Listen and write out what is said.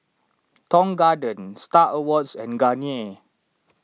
Tong Garden Star Awards and Garnier